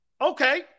Okay